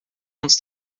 uns